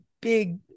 big